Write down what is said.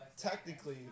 technically